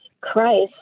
Christ